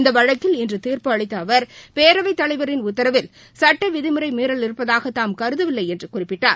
இந்த வழக்கில் இன்று தீர்ப்பு அளித்த அவர் பேரவைத் தலைவரின் உத்தரவில் சட்ட விதிமுறை மீறல் இருப்பதாக தாம் கருதவில்லை என்று குறிப்பிட்டார்